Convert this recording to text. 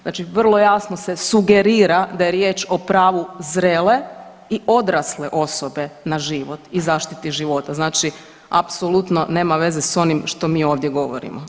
Znači vrlo jasno se sugerira da je riječ o pravu zrele i odrasle osobe na život i zaštiti života, znači, apsolutno nema veze s onim što mi ovdje govorimo.